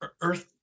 earth